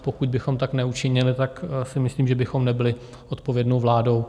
Pokud bychom tak neučinili, tak si myslím, že bychom nebyli odpovědnou vládou.